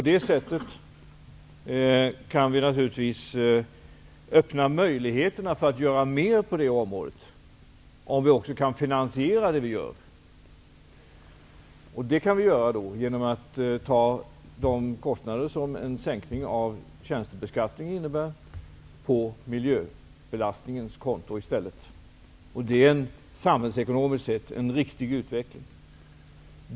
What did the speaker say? Vi kan naturligtvis öppna för möjligheter att göra mera på detta område om vi också kan finansiera det vi gör. Det kan vi åstadkomma genom att i stället ta de kostnader som en sänkning av tjänstebeskattningen innebär på miljöbelastningens konto. Det är samhällsekonomiskt sett en riktig utveckling.